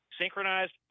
synchronized